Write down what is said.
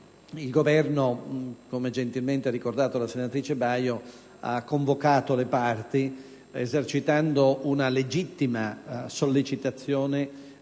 Il Governo, come gentilmente ha ricordato la senatrice Baio, ha convocato le parti, esercitando una legittima sollecitazione